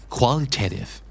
Qualitative